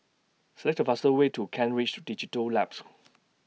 Select The fastest Way to Kent Ridge Digital Labs